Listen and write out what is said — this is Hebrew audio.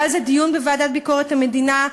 היה על זה דיון בוועדת ביקורת המדינה,